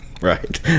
Right